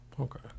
Okay